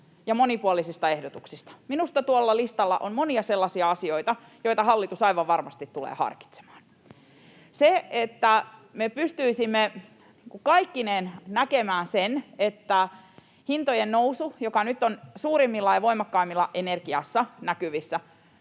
ja monipuolisista ehdotuksista. Minusta tuolla listalla on monia sellaisia asioita, joita hallitus aivan varmasti tulee harkitsemaan. Se, että me pystyisimme kaikkineen näkemään sen, että hintojen nousu — joka nyt on suurimmillaan ja voimakkaimmillaan energiassa näkyvissä